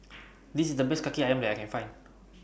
This IS The Best Kaki Ayam that I Can Find